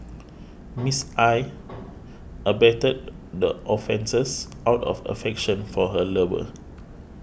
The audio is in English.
Miss I abetted the offences out of affection for her lover